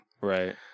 Right